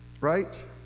right